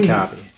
Copy